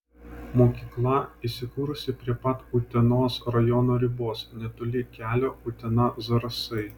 mokykla įsikūrusi prie pat utenos rajono ribos netoli kelio utena zarasai